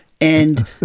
And-